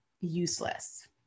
useless